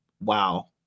Wow